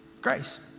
grace